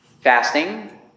Fasting